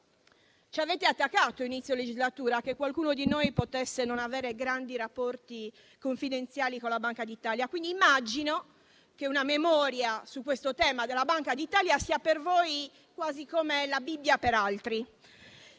Ci avete attaccato, a inizio legislatura, sul fatto che qualcuno di noi potesse non avere grandi rapporti confidenziali con la Banca d'Italia e, quindi, immagino che una memoria della Banca d'Italia su questo tema sia per voi quasi come la Bibbia per altri: